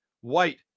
White